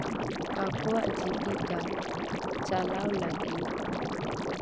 ᱟᱠᱚᱣᱟᱜ ᱡᱤᱵᱤᱠᱟ ᱪᱟᱞᱟᱣ ᱞᱟᱹᱜᱤᱫ